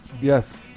Yes